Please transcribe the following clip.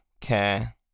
care